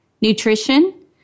nutrition